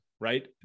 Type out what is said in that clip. right